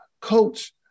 coach